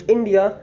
India